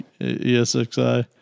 ESXI